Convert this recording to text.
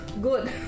Good